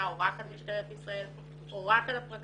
או רק על משטרת ישראל או רק על הפרקליטות.